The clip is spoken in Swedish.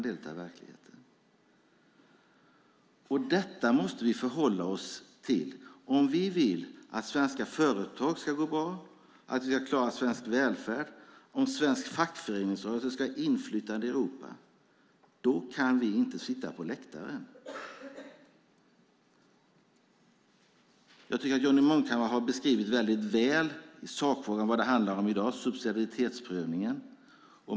Detta måste vi förhålla oss till. Om vi vill att svenska företag ska gå bra, att vi klarar svensk välfärd och att svensk fackföreningsrörelse ska ha inflytande i Europa kan vi inte sitta på läktaren. Jag tycker att Johnny Munkhammar har beskrivit väldigt väl i sakfrågan vad det handlar om i dag, nämligen subsidiaritetsprövningen.